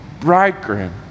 bridegroom